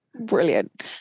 Brilliant